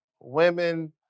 women